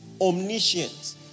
Omniscient